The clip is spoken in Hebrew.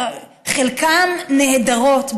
חלקן נהדרות,